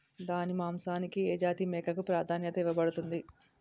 దాని మాంసానికి ఏ జాతి మేకకు ప్రాధాన్యత ఇవ్వబడుతుంది?